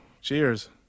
cheers